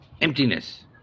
Emptiness